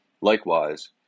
Likewise